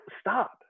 stop